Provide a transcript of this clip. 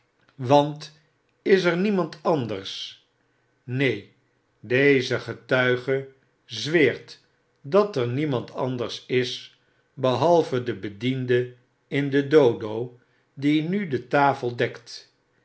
want er is niemand anders keen deze getuige zweert dat er niemand anders is behalve de bediende in de dodo die nude tafel dekt